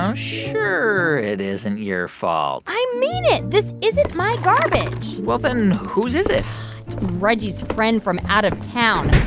um sure it isn't your fault i mean it. this isn't my garbage well, then, who's is it? it's reggie's friend from out of town,